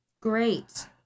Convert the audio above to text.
Great